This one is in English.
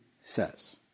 says